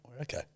Okay